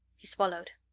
he swallowed.